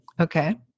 Okay